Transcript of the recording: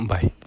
Bye